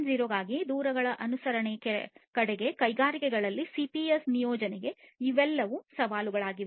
0 ಗಾಗಿ ದೂರುಗಳ ಅನುಸರಣೆಯ ಕಡೆಗೆ ಕೈಗಾರಿಕೆಗಳಲ್ಲಿ ಸಿಪಿಎಸ್ ನಿಯೋಜನೆಗೆ ಇವೆಲ್ಲವೂ ಸವಾಲುಗಳಾಗಿವೆ